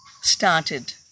started